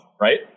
right